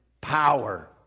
power